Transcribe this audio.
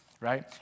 right